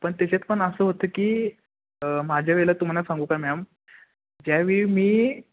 पण त्याच्यात पण असं होतं की माझ्या वेळेला तुम्हाला सांगू काय मॅम ज्यावेळी मी